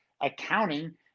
accounting